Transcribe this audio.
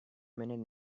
minute